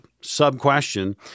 sub-question